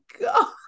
god